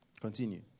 Continue